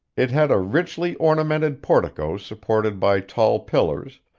it had a richly ornamented portico supported by tall pillars,